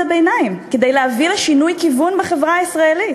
הביניים ולהביא לשינוי כיוון בחברה הישראלית.